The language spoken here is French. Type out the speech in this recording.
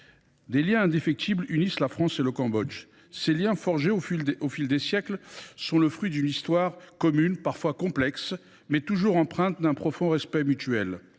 des liens indéfectibles unissent la France et le Cambodge. Ces liens, forgés au fil des siècles, sont le fruit d’une histoire commune, parfois complexe, mais toujours empreinte d’un profond respect mutuel.